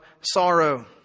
sorrow